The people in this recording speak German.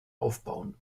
aufbauen